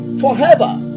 forever